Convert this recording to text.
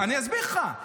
אני אסביר לך.